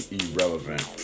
irrelevant